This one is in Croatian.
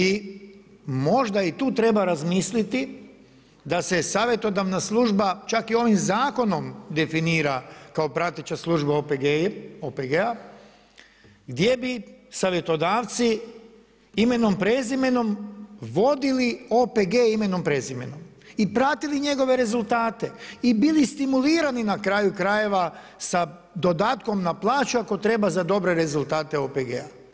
I možda i tu treba razmisliti da se savjetodavna služba čak i ovim zakonom definira kao prateća služba OPG-a gdje bi savjetodavci imenom i prezimenom vodili OPG-e imenom i prezimenom i pratili njegove rezultate i bili stimulirani na kraju krajeva sa dodatkom na plaću ako treba za dobre rezultate OPG-a.